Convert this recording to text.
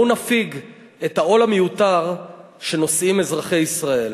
בואו נפיג את העול המיותר שנושאים אזרחי מדינת ישראל.